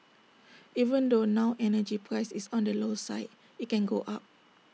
even though now energy price is on the low side IT can go up